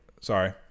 sorry